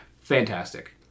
fantastic